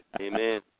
Amen